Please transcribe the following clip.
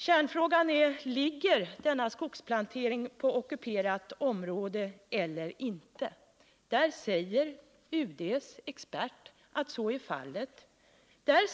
Kärnfrågan är: Ligger denna skogsplantering på ockuperat område eller inte? Där säger UD:s expert att så är fallet.